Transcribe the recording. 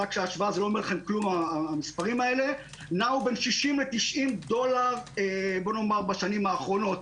לא אומר לכם דבר המספרים האלה נעו בין 60 ל-90 דולר בשנים האחרונות.